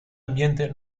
ambiente